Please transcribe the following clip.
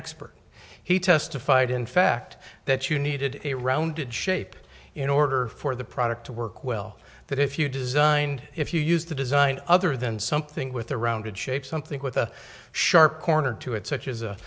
expert he testified in fact that you needed a rounded shape in order for the product to work well that if you designed if you used the design other than something with a rounded shape something with a sharp corner to it such as